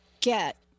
get